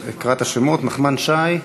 אבל אקרא את השמות: נחמן שי,